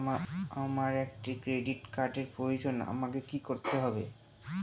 আমার একটি ক্রেডিট কার্ডের প্রয়োজন আমাকে কি করতে হবে?